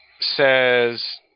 says